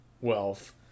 wealth